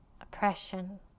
oppression